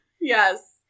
Yes